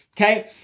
okay